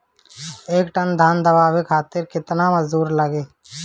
एक टन धान दवावे खातीर केतना मजदुर लागेला?